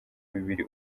bibiri